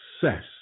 success